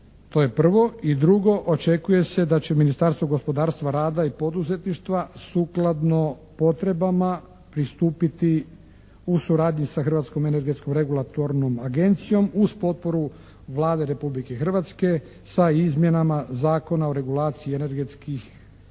To je prvo. I drugo, očekuje se da će Ministarstvo gospodarstva, rada i poduzetništva sukladno potrebama pristupiti u suradnji sa Hrvatskom energetskom regulatornom agencijom uz potporu Vlade Republike Hrvatske sa izmjenama Zakona o regulaciji energetskih